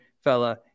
fella